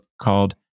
called